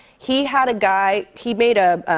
he had a guy. he made, ah